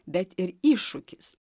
bet ir iššūkis